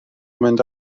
mynd